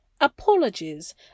apologies